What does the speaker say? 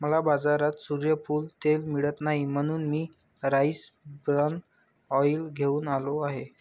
मला बाजारात सूर्यफूल तेल मिळत नाही म्हणून मी राईस ब्रॅन ऑइल घेऊन आलो आहे